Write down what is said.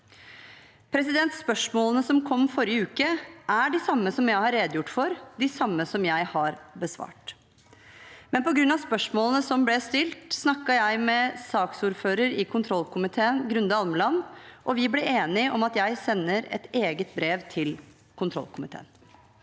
Spørsmålene som kom forrige uke, er de samme jeg har redegjort for, de samme jeg har besvart, men på grunn av spørsmålene som ble stilt, snakket jeg med saksordføreren i kontrollkomiteen, Grunde Almeland, og vi ble enige om at jeg skulle sende et eget brev til kontrollkomiteen.